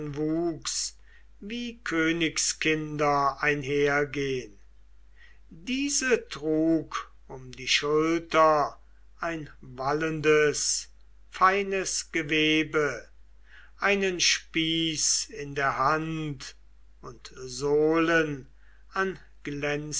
wuchs wie königskinder einhergehn diese trug um die schultern ein wallendes feines gewebe einen spieß in der hand und sohlen an